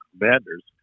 Commanders